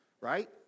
right